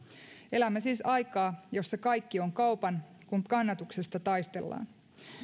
elämme siis aikaa jossa kaikki on kaupan kun kannatuksesta taistellaan